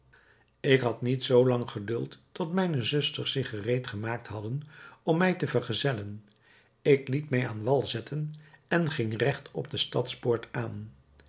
ik had niet zoo lang geduld tot mijne zusters zich gereed gemaakt hadden om mij te vergezellen ik liet mij aan wal zetten en ging regt op de stadspoort aan